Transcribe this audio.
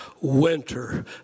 winter